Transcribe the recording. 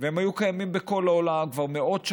והם היו קיימים בכל העולם כבר מאות שנים.